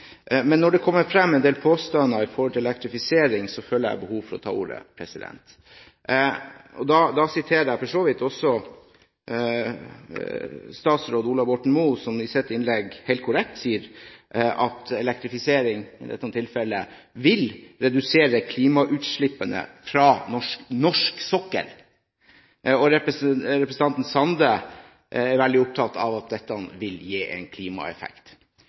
Men når det kommer frem en del påstander om elektrifisering, føler jeg behov for å ta ordet. Jeg vil vise til statsråd Ola Borten Moe som i sitt innlegg, helt korrekt, sa at elektrifisering i dette tilfellet vil redusere klimautslippene fra norsk sokkel. Representanten Sande er veldig opptatt av at dette vil gi klimaeffekt.